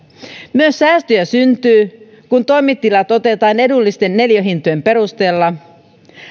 myös säästöjä syntyy kun toimitilat otetaan edullisten neliöhintojen perusteella